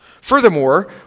Furthermore